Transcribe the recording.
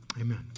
amen